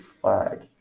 flag